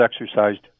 exercised